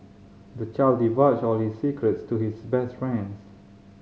the child divulged all his secrets to his best friends